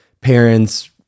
parents